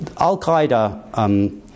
Al-Qaeda